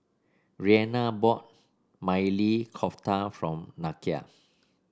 Reanna bought Maili Kofta from Nakia